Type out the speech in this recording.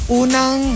unang